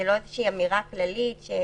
היא לא אמירה כללית.